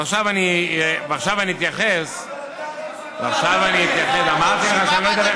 ועכשיו אני אתייחס, פרוש, כמה מנדטים קיבלתם?